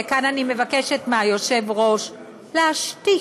וכאן אני מבקשת מהיושב-ראש להשתיק,